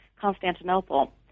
Constantinople